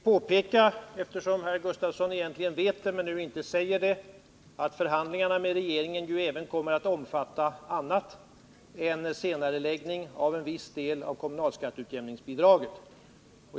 Herr talman! Eftersom herr Gustafsson vet det men inte säger det vill jag påpeka att förhandlingarna med regeringen även kommer att omfatta annat än en senareläggning av en viss del av kommunalskatteutjämningsbidraget.